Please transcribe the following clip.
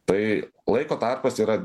tai laiko tarpas yra